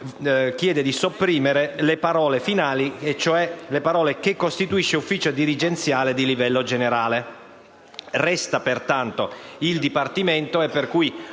chiedo di sopprimere le parole finali «che costituisce ufficio dirigenziale di livello generale». Resta pertanto «il Dipartimento», e